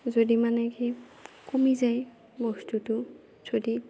যদি মানে কি কমি যায় বস্তুটো যদি